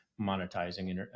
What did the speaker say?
monetizing